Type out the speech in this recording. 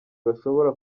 bashobora